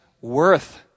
worth